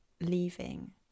leaving